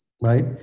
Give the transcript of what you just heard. right